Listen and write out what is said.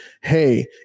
hey